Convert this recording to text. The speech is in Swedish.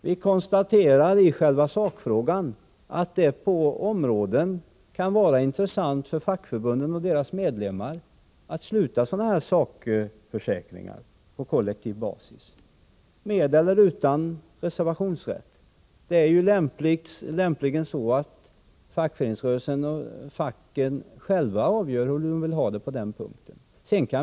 Vi konstaterar i själva sakfrågan att det för förbunden och deras medlemmar kan vara intressant att sluta avtal om sådana här sakförsäkringar på kollektiv basis, med eller utan reservationsrätt. Det är lämpligt att fackföreningarna själva avgör hur de vill ha det på den punkten.